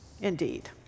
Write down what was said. Indeed